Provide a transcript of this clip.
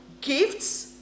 gifts